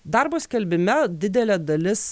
darbo skelbime didelė dalis